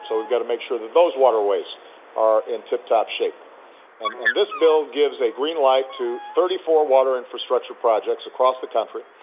so we have got to make sure that those waterways are in tip-top shape and and this bill gives a green light to thirty four water infrastructure projects across the country,